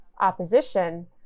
opposition